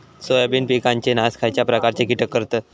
Soybean पिकांचो नाश खयच्या प्रकारचे कीटक करतत?